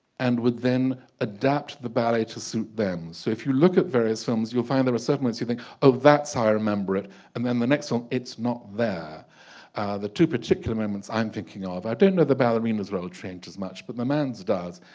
and would then adapt the ballet to suit them so if you look at various films you'll find there are certain ways you think oh that's how i remember it and then the next one it's not there the two particular moments i'm thinking of i don't know the ballerinas royal training as much but the man's does